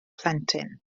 plentyn